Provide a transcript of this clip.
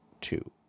two